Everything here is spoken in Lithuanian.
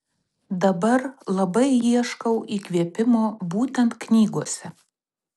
dabar labai ieškau įkvėpimo būtent knygose